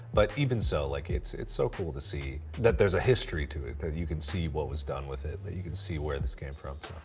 but even so, like it's it's so cool to see that there's a history to it. that you can see what was done with it. you can see where this came from